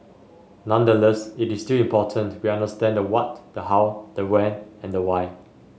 nonetheless it is still important we understand the what the how the when and the why